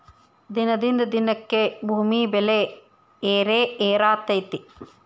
ದಿನದಿಂದ ದಿನಕ್ಕೆ ಭೂಮಿ ಬೆಲೆ ಏರೆಏರಾತೈತಿ